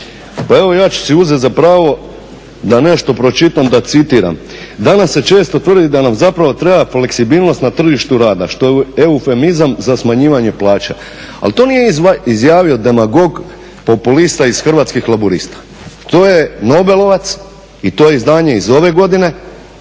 Pa evo ja ću si nešto uzeti za pravo da nešto pročitam da citiram "Danas se često tvrdi da nam zapravo treba fleksibilnost na tržište rada što je eufemizam za smanjivanje plaća" ali to nije izjavio demagog populista iz Hrvatskih laburista, to je nobelovac i to je izdanje iz ove godine